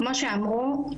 כמו שאמרו,